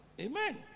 Amen